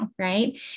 Right